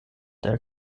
der